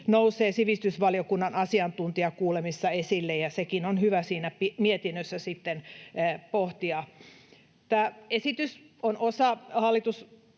nousee sivistysvaliokunnan asiantuntijakuulemisissa esille, ja sekin on hyvä siinä mietinnössä sitten pohtia. Tämä esitys on osa hallitusohjelman